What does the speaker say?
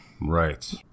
Right